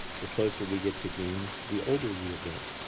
the closer we get to green, the older the event.